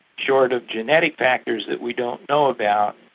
short of genetic factors that we don't know about,